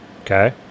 Okay